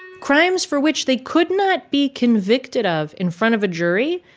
and crimes for which they could not be convicted of in front of a jury,